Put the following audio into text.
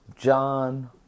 John